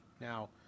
Now